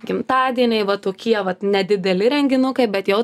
gimtadieniai va tokie vat nedideli renginukai bet jau